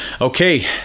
Okay